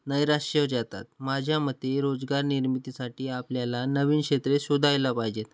नैराश्य जातात माझ्या मते रोजगार निर्मितीसाठी आपल्याला नवीन क्षेत्रे शोधायला पाहिजेत